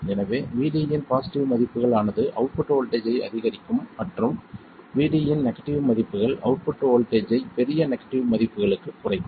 எனவே Vd இன் positive மதிப்புகள் ஆனது அவுட்புட் வோல்ட்டேஜ் ஐ அதிகரிக்கும் மற்றும் Vd இன் இன் நெகட்டிவ் மதிப்புகள் அவுட்புட் வோல்ட்டேஜ் ஐ பெரிய நெகட்டிவ் மதிப்புகளுக்கு குறைக்கும்